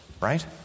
right